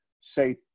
say